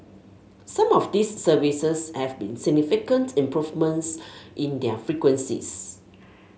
some of these services have seen significant improvements in their frequencies